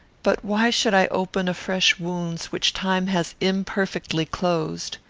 but why should i open afresh wounds which time has imperfectly closed?